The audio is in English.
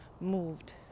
moved